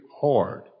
hard